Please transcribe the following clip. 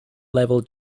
level